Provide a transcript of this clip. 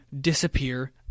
disappear